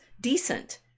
decent